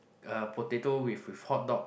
uh potato with with hot dog